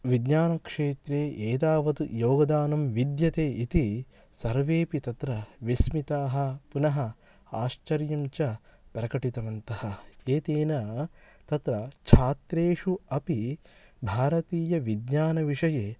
विज्ञानक्षेत्रे एतावत् योगदानं विद्यते इति सर्वेपि तत्र विस्मिताः पुनः आश्चर्यं च प्रकटितवन्तः एतेन तत्र छात्रेषु अपि भारतीयविज्ञानविषये